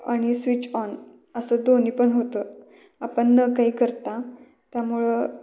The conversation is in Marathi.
आणि स्विच ऑन असं दोन्ही पण होतं आपण न काही करता त्यामुळं